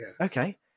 Okay